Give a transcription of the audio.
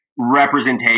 representation